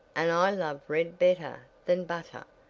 and i love red better than butter,